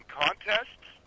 contests